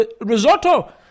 risotto